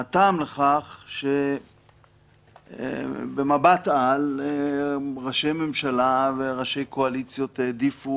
הטעם לכך שבמבט-על ראשי ממשלה וראשי קואליציות העדיפו